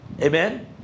Amen